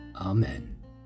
Amen